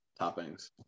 toppings